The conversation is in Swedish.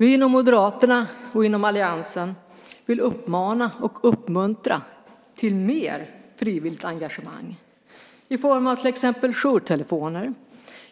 Vi inom Moderaterna och inom alliansen vill uppmana och uppmuntra till mer frivilligt engagemang i form av till exempel jourtelefoner,